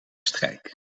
strijk